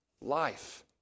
life